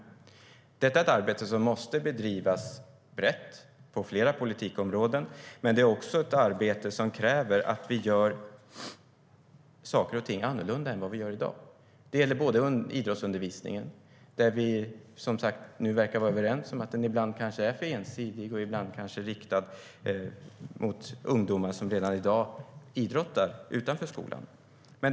Detta är ett arbete som måste bedrivas brett, på flera politikområden, men det är också ett arbete som kräver att vi gör saker och ting annorlunda än i dag. Det gäller idrottsundervisningen, där vi som sagt verkar vara överens om att den ibland kanske är för ensidig och ibland kanske riktad mot ungdomar som redan i dag idrottar utanför skolan.